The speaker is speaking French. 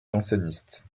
jansénistes